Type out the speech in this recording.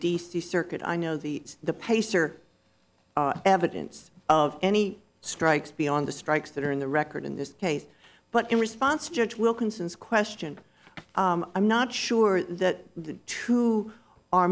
c circuit i know the the pacer evidence of any strikes beyond the strikes that are in the record in this case but in response judge wilkinson's question i'm not sure that the two are